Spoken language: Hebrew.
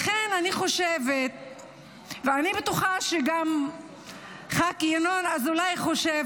לכן אני חושבת ואני בטוחה שגם ח"כ ינון אזולאי חושב